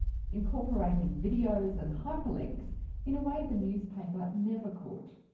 incorporating videos and hyperlinks in a way the newspaper never could.